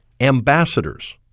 ambassadors